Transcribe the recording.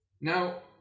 Now